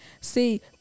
See